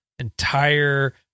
entire